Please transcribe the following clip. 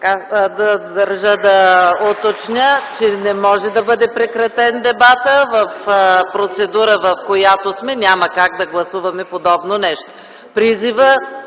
Държа да уточня, че не може да бъде прекратен дебатът. В процедурата, в която сме, няма как да гласуваме подобно нещо. ИСКРА